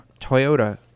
Toyota